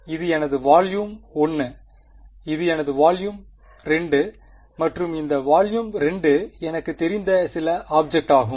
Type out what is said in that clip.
இது எனது வால்யும் 1 இது எனது வால்யும் 2 மற்றும் இந்த வால்யும் 2 எனக்குத் தெரிந்த சில ஆப்ஜெக்ட்டாகும்